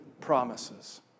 promises